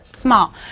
Small